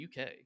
UK